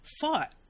fought